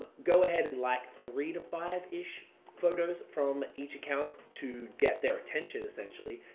go ahead and like three to five ish photos, from each account to get their attention, essentially.